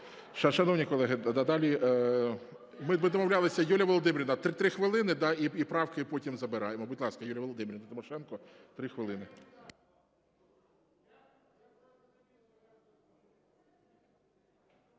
Шановні колеги, далі ми домовлялися, Юлія Володимирівна – 3 хвилини і правки потім забираємо.